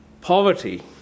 poverty